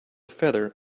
feather